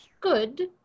good